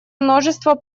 множество